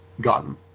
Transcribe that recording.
gotten